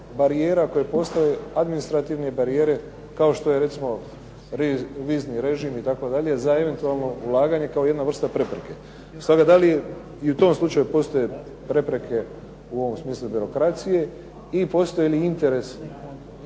barijera koje postoje, administrativne barijere kao što je recimo … /Govornik se ne razumije./… režim itd., za eventualnu ulaganje kao jedna vrsta prepreke. Sada da li i u tom slučaju postoje prepreke u ovom smislu birokracije i postoji li interes